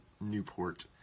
Newport